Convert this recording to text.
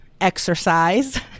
Exercise